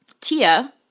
Tia